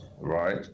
right